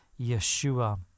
Yeshua